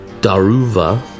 daruva